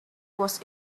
was